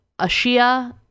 ashia